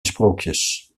sprookjes